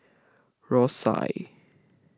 Rosyth